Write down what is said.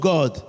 God